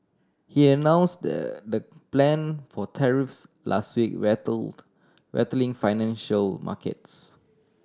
he announced the plan for tariffs last week rattled rattling financial markets